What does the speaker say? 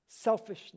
selfishness